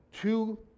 Two